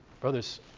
Brothers